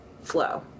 flow